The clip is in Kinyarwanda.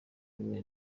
rimwe